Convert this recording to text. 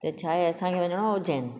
त छा आहे असां खे वञणो आहे उज्जैन